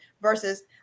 Versus